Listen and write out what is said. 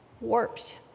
warped